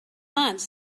lunch